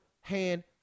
hand